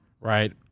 right